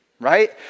right